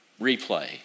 replay